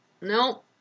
no